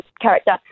character